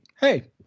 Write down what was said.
Hey